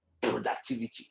productivity